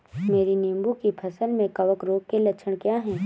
मेरी नींबू की फसल में कवक रोग के लक्षण क्या है?